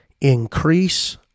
increase